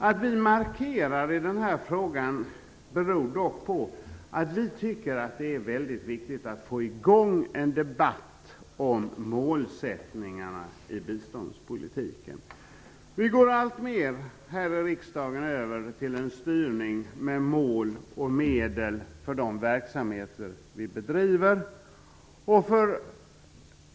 Att vi markerar i den här frågan beror dock på att vi tycker att det är väldigt viktigt att få i gång en debatt om målsättningarna i biståndspolitiken. Vi går alltmer här i riksdagen över till en styrning med mål och medel för de verksamheter vi bedriver.